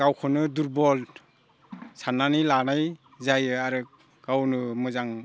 गावखौनो दुरबल साननानै लानाय जायो आरो गावनो मोजां